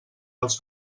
els